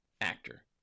actor